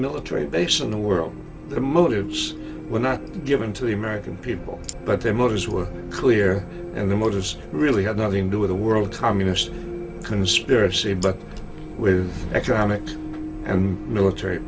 military base in the world the motives were not given to the american people but their motives were clear and the motors really had nothing do with a world communist conspiracy but with economic and military